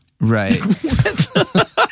right